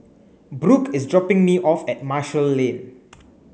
Brook is dropping me off at Marshall Lane